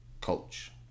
coach